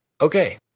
okay